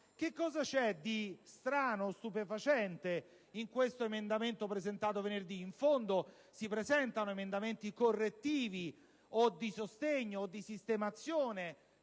Che cosa c'è di strano o stupefacente in questo emendamento presentato venerdì? In fondo, si presentano emendamenti correttivi, o di sostegno, o di sistemazione